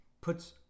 puts